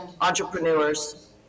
entrepreneurs